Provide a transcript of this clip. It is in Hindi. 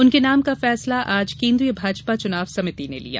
उनके नाम का फैसला आज केन्द्रीय भाजपा चुनाव समिति ने लिया